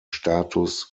status